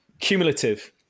Cumulative